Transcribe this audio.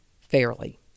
fairly